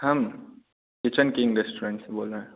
हम kitchen king restaurant से बोल रहे हैं